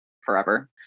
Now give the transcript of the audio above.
forever